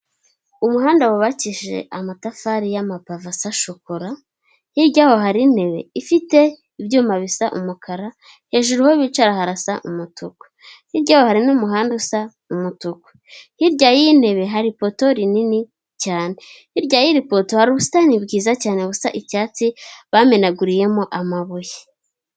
Umuhanda wubakishije amatafari y'amapave asa shokora hirya yaho hari intebe ifite ibyuma bisa umukara hejuru aho bicara harasa umutuku hiryaho hari n'umuhanda usa umutuku, hirya y'intebe hari ipoto rinini cyane. Hirya yiri poto hari ubusitani bwiza cyane ubusa icyatsi bamenaguriyemo amabuye.